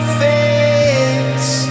face